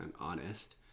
honest